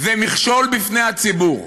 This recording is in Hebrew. זה מכשול בפני הציבור.